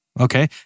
Okay